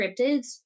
cryptids